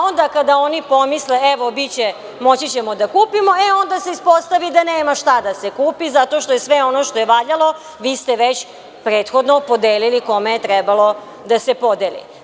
Onda kada oni pomisle – evo, moći ćemo da kupimo, onda se ispostavi da nema šta da se kupi, zato što sve ono što je valjalo vi ste već prethodno podelili kome je trebalo da se podeli.